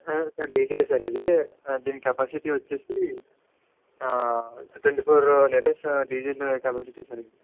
ఆ సార్ డీజలే సార్ ఇది దీని కెపాసిటీ వచ్చేసి twenty four litres diesel capacity sir